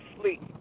sleep